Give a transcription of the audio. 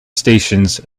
stations